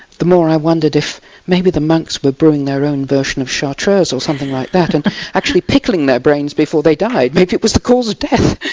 the more i wondered if maybe the monks were brewing their own version of chartreuse of something like that and actually pickling their brains before they died maybe it was the cause of death.